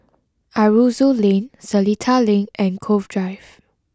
Aroozoo Lane Seletar Link and Cove Drive